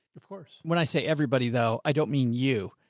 of course. when i say everybody though, i don't mean you.